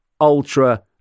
ultra